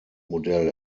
modell